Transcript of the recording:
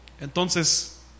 entonces